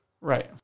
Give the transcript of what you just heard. Right